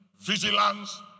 vigilance